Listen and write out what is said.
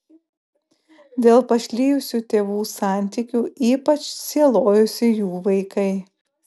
dėl pašlijusių tėvų santykių ypač sielojosi jų vaikai